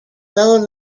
low